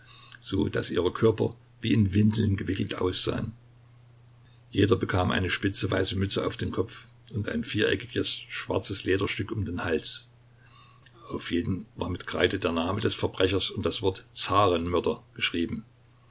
so daß ihre körper wie in windeln gewickelt aussahen jeder bekam eine spitze weiße mütze auf den kopf und ein viereckiges schwarzes lederstück um den hals auf jedem war mit kreide der name des verbrechers und das wort